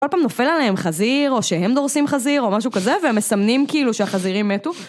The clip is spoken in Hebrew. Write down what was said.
‫כל פעם נופל עליהם חזיר, ‫או שהם דורסים חזיר או משהו כזה, ‫והם מסמנים כאילו שהחזירים מתו.